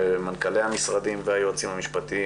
מנכ"לי המשרדים והיועצים המשפטיים,